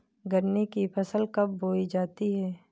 गन्ने की फसल कब बोई जाती है?